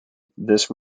this